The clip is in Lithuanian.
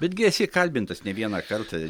betgi esi kalbintas ne vieną kartą